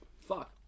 Fuck